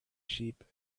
sheep